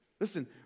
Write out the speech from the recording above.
Listen